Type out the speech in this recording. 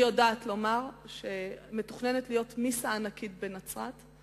אני יודעת לומר שמתוכננת מיסה ענקית בנצרת.